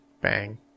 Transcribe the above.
bang